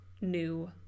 new